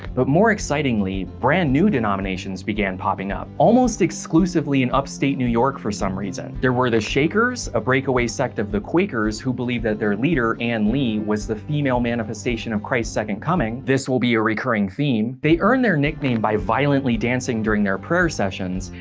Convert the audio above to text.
but more excitingly, brand new denominations began popping up. almost exclusively in upstate new york, for some reason. there were the shakers, a breakaway sect of the quakers who believed that their leader, ann lee, was the female manifestation of christ's second coming. this will be a recurring theme. they earned their nickname by violently dancing during their prayer sessions,